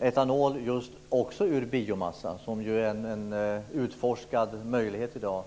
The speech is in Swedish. etanol också ur biomassa. Det är ju en utforskad möjlighet i dag.